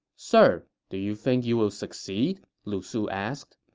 sir, do you think you will succeed? lu su asked